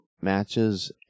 matches